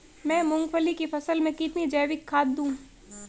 मैं मूंगफली की फसल में कितनी जैविक खाद दूं?